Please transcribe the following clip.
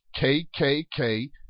KKK